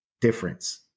difference